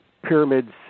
Pyramids